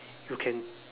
you can